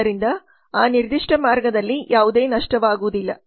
ಆದ್ದರಿಂದ ಆ ನಿರ್ದಿಷ್ಟ ಮಾರ್ಗದಲ್ಲಿ ಯಾವುದೇ ನಷ್ಟವಾಗುವುದಿಲ್ಲ